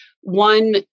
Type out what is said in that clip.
One